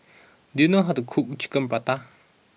do you know how to cook Chicken Pasta